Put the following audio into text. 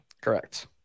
Correct